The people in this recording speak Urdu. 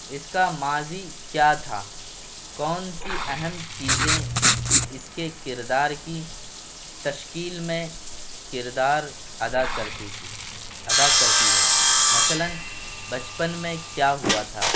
اس کا ماضی کیا تھا کون سی اہم چیزیں اس کے کردار کی تشکیل میں کردار ادا کرتی تھی ادا کرتی ہے مثلاً بچپن میں کیا ہوا تھا